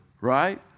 right